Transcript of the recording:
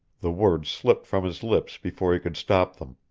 the words slipped from his lips before he could stop them.